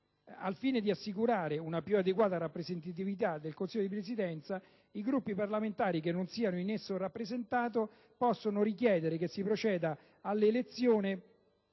«Al fine di assicurare una più adeguata rappresentatività del Consiglio di Presidenza, i Gruppi parlamentari che non siano in esso rappresentati possono richiedere che si proceda all'elezione